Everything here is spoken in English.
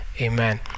amen